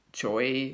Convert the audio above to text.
joy